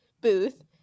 booth